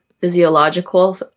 physiological